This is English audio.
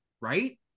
Right